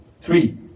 three